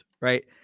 right